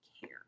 care